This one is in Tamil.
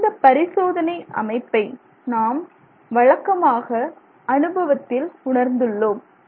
இந்த பரிசோதனை அமைப்பை நாம் வழக்கமாக அனுபவத்தில் உணர்ந்துள்ளோம்